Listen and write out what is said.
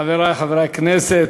חברי חברי הכנסת,